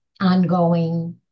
ongoing